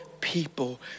people